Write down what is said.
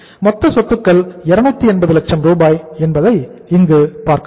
மொத்த சொத்துக்கள் 280 லட்சம் ரூபாய் என்பதை இங்கு பார்க்கலாம்